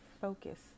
focus